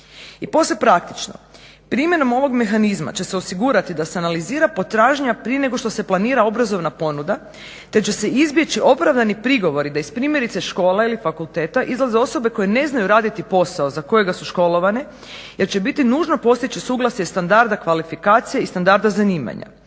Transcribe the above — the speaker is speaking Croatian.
I posve praktično, primjenom ovog mehanizma će se osigurati da se analizira potražnja prije nego što se planira obrazovna ponuda te će se izbjeći opravdani prigovori da iz primjerice škola ili fakulteta izlaze osobe koje ne znaju raditi posao za kojega su školovane jer će biti nužno postići suglasje standarda kvalifikacije i standarda zanimanja.